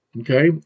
Okay